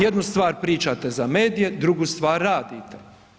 Jednu stvar pričate za medije, drugu stvar radite.